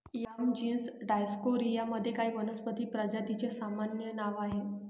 yam genus Dioscorea मध्ये काही वनस्पती प्रजातींचे सामान्य नाव आहे